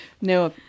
no